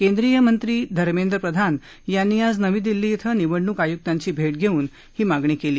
केंद्रीयमंत्री धर्मेद्र प्रधान यांनी आज नवी दिल्ली इथं निवडणूक आय्क्तांची भेट घेवून ही मागणी केली